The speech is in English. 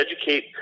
educate